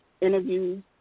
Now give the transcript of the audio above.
interviews